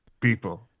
people